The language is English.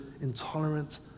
intolerant